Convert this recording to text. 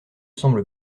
semble